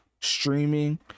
streaming